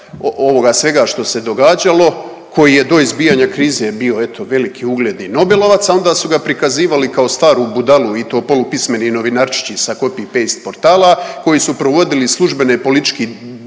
ovoga svega što se događalo koji je do izbijanja krize bio eto veliki ugledni Nobelovac, a onda su ga prikazivali kao staru budalu i to polupismeni novinarčići sa copy-paste portala koji su provodili i službene politički